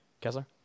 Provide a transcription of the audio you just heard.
Kessler